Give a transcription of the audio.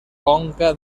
conca